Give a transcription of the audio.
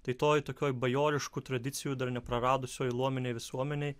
tai toj tokioj bajoriškų tradicijų dar nepraradusioj luominėj visuomenėj